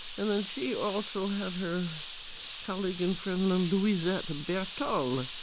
and then she also had her colleague and friend louisette bertholle. um